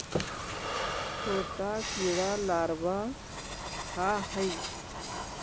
छोटा कीड़ा लारवा खाऽ हइ